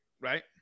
right